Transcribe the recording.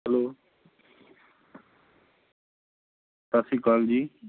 hello ਸਤਿ ਸ਼੍ਰੀ ਅਕਾਲ ਜੀ